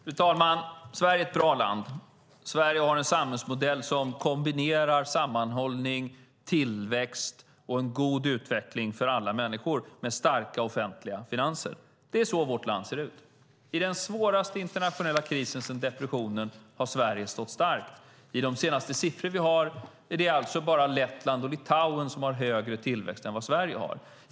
Fru talman! Sverige är ett bra land. Sverige har en samhällsmodell som kombinerar sammanhållning, tillväxt och en god utveckling för alla människor med starka offentliga finanser. Det är så vårt land ser ut. I den svåraste internationella krisen sedan depressionen har Sverige stått starkt. I de senaste siffror vi har är det alltså bara Lettland och Litauen som har högre tillväxt än vad Sverige har.